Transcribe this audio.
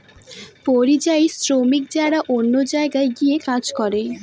পরিযায়ী শ্রমিক যারা অন্য জায়গায় গিয়ে কাজ করে